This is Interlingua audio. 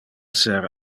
ser